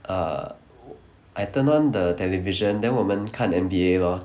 err I turn on the television then 我们看 N_B_A lor